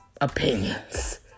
opinions